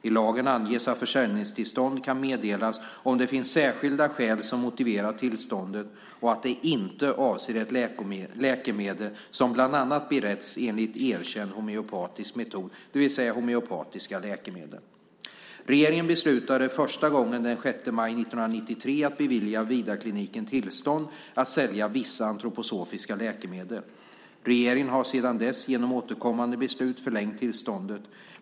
I lagen anges att försäljningstillstånd kan meddelas om det finns särskilda skäl som motiverar tillståndet och att det inte avser ett läkemedel som bland annat beretts enligt en erkänd homeopatisk metod, det vill säga homeopatiska läkemedel. Regeringen beslutade första gången den 6 maj 1993 att bevilja Vidarkliniken tillstånd att sälja vissa antroposofiska läkemedel. Regeringen har sedan dess genom återkommande beslut förlängt tillståndet.